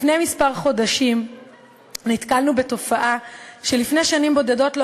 לפני כמה חודשים נתקלנו בתופעה שלפני שנים בודדות לא